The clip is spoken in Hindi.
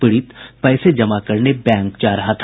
पीड़ित पैसे जमा करने बैंक जा रहा था